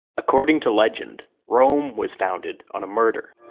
according to legend, rome was founded on a murder.